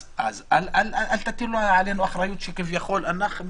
אז אל תטילו עלינו אחריות שכביכול אנחנו